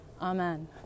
Amen